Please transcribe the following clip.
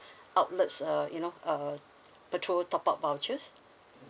outlets uh you know uh petrol top up vouchers